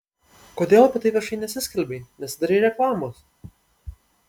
kodėl apie tai viešai nesiskelbei nesidarei reklamos